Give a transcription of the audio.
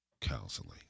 counseling